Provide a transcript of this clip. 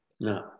No